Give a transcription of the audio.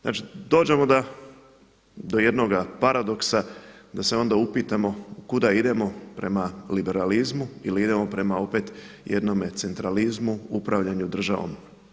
Znači dođemo do jednoga paradoksa da se onda upitamo kuda idemo prema liberalizmu ili idemo prema opet jednome centralizmu, upravljanju državom.